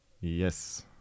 Yes